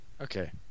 Okay